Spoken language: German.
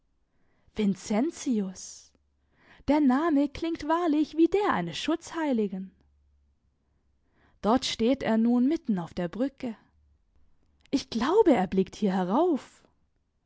vincentius der name klingt wahrlich wie der eines schutzheiligen dort steht er nun mitten auf der brücke ich glaube er blickt hier herauf